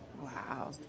Wow